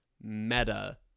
meta